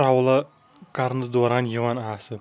travel کَرنَس دوران یِوان آسہٕ